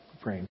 Praying